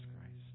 Christ